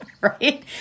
right